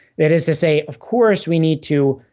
that is to say, of course we need to,